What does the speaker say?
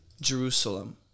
Jerusalem